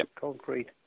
concrete